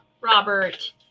Robert